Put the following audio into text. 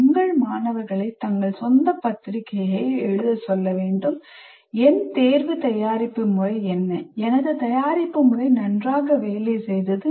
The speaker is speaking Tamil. உங்கள் மாணவர்களை தங்கள் சொந்த பத்திரிகையை எழுதச் சொல்கிறீர்கள் என் தேர்வு தயாரிப்பு முறை என்ன எனது தயாரிப்பு முறை நன்றாக வேலை செய்தது